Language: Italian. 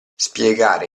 spiegare